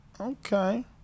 Okay